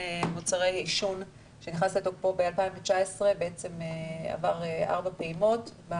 מוצרי עישון שנכנס ב-2019 עבר ארבע פעימות.